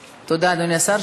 תודה, אדוני השר.